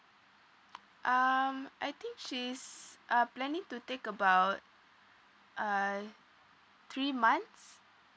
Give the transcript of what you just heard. um I think she's uh planning to take about uh three months